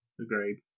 Agreed